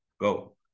Go